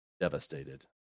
devastated